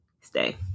stay